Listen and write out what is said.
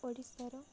ଓଡ଼ିଶାର